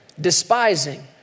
despising